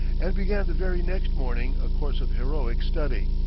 and began the very next morning a course of heroic study.